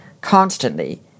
constantly